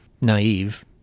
naive